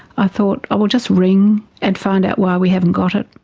i thought i'll just ring and find out why we haven't got it.